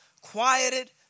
quieted